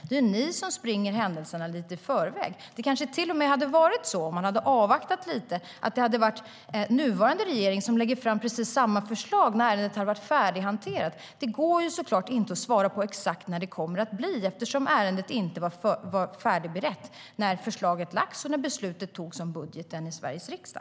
Det är ni som springer händelserna lite i förväg. Om ni hade avvaktat lite hade kanske till och med nuvarande regering lagt fram precis samma förslag efter att ärendet färdighanterats. Det går såklart inte att svara på exakt när det kommer att bli, eftersom ärendet inte var färdigberett när förslaget lades fram och beslutet togs om budgeten i Sveriges riksdag.